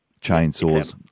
chainsaws